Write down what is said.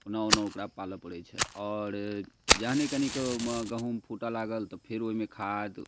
ओना ओना ओकरा पालऽ पड़ैत छै आओर जहने कनिक गहुँम फूटऽ लागल तऽ फेर ओहिमे खाद